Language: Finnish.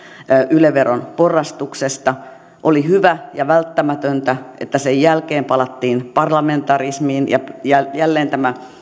yle veron porrastuksesta oli hyvä ja välttämätöntä että sen jälkeen palattiin parlamentarismiin ja ja jälleen tämä